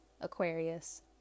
Aquarius